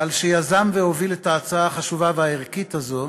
על שיזם והוביל את ההצעה החשובה והערכית הזו